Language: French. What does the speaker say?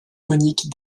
faunique